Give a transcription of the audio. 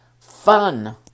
fun